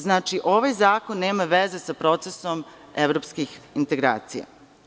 Znači, ovaj zakon nema veze sa procesom evropskih integracija.